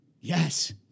Yes